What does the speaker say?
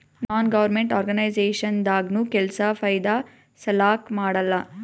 ನಾನ್ government organisation ದಾಗ್ನು ಕೆಲ್ಸಾ ಫೈದಾ ಸಲಾಕ್ ಮಾಡಲ್ಲ